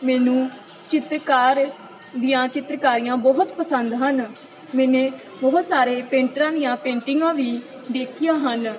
ਮੈਨੂੰ ਚਿੱਤਕਾਰ ਦੀਆਂ ਚਿੱਤਰਕਾਰੀਆਂ ਬਹੁਤ ਪਸੰਦ ਹਨ ਮੈਨੇ ਬਹੁਤ ਸਾਰੇ ਪੇਂਟਰਾਂ ਦੀਆਂ ਪੇਂਟਿੰਗਾਂ ਵੀ ਦੇਖੀਆਂ ਹਨ